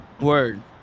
Word